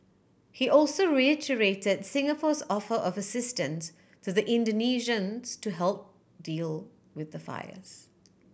he also reiterate Singapore's offer of assistance to the Indonesians to help deal with the fires